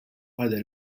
other